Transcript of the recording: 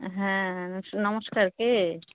হ্যাঁ নমস্কার কে